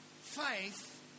Faith